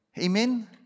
Amen